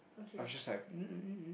I was just like